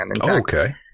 Okay